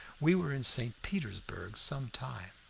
we were in st. petersburg some time.